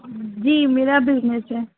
جی میرا بزنس ہے